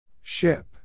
Ship